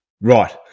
Right